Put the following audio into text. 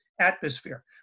atmosphere